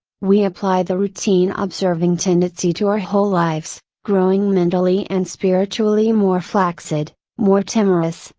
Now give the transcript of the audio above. we apply the routine observing tendency to our whole lives, growing mentally and spiritually more flaccid, more timorous,